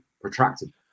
protracted